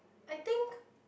I think